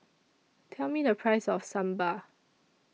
Tell Me The Price of Sambar